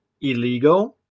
illegal